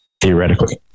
theoretically